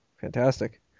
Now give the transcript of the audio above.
Fantastic